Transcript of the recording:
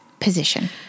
position